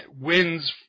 wins